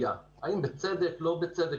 האם בצדק או לא בצדק?